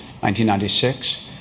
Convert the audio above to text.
1996